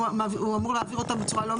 הוא אמור להעביר אותם בצורה לא נגועה.